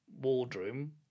Wardroom